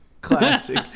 Classic